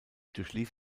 durchlief